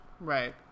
Right